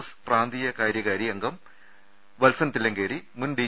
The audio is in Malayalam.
എസ് പ്രാന്തീയ കാ രൃകാരി അംഗം വത്സൻ തില്ലങ്കേരി മുൻ ഡി